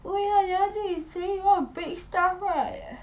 oh ya the other day you say you want to bake stuff right